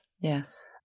Yes